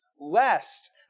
lest